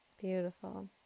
Beautiful